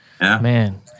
man